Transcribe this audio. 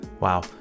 Wow